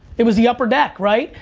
it was the upper deck, right?